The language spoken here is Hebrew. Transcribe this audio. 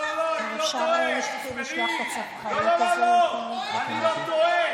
אני בטוחה שאתה טועה.